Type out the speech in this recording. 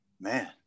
man